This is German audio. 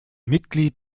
mitglied